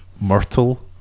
Myrtle